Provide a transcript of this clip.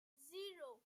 zero